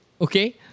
Okay